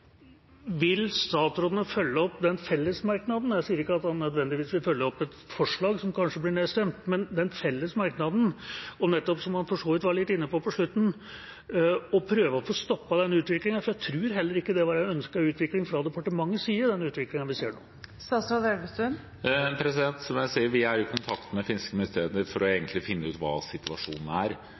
Vil statsråden følge opp fellesmerknaden? Jeg spør ikke om han nødvendigvis vil følge opp et forslag som kanskje blir nedstemt, men fellesmerknaden, for, som han for så vidt var litt innom på slutten, nettopp å prøve å få stoppet utviklingen. For jeg tror heller ikke det er en ønsket utvikling fra departementets side, den utviklingen vi ser nå. Som jeg sier, er vi i kontakt med det finske ministeriet for egentlig å finne ut hva situasjonen er,